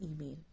email